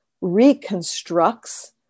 reconstructs